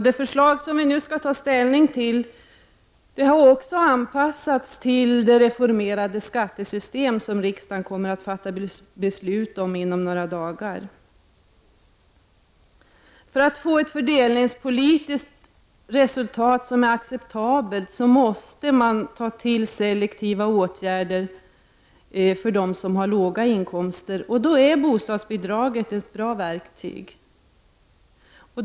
Det förslag som vi nu skall ta ställning till har också anpassats till det reformerade skattesystem som riksdagen kommer att fatta beslut om inom några dagar. För att man skall kunna åstadkomma ett fördelningspolitiskt acceptabelt resultat måste man vidta selektiva åtgärder för dem som har låga inkomster. Då är bostadsbidragen ett bra verktyg.